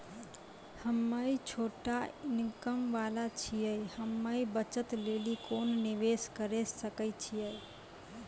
हम्मय छोटा इनकम वाला छियै, हम्मय बचत लेली कोंन निवेश करें सकय छियै?